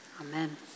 Amen